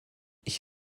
ich